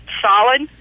solid